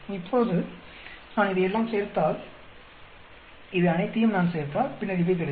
இப்போது நான் இதையெல்லாம் சேர்த்தால் இவை அனைத்தையும் நான் சேர்த்தால் பின்னர் இவை கிடைக்கும்